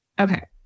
Okay